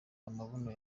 amabuno